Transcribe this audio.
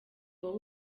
wowe